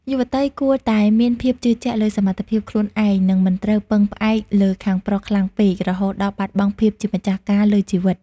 យុវតីគួរតែ "មានភាពជឿជាក់លើសមត្ថភាពខ្លួនឯង" និងមិនត្រូវពឹងផ្អែកលើខាងប្រុសខ្លាំងពេករហូតដល់បាត់បង់ភាពជាម្ចាស់ការលើជីវិត។